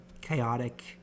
chaotic